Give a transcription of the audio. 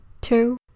two